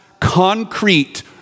concrete